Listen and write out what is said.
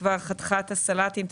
חתכה סלטים,